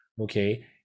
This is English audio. Okay